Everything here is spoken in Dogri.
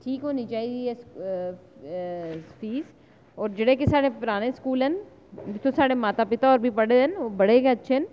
ठीक होनी चाहिदी ऐ फीस और जेह्ड़े के साढ़े पराने स्कूल न जित्थै साढ़े माता पिता होर बी पढ़े दे न ओह् बड़े गै अच्छे न